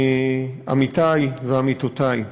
עמיתי ועמיתותי,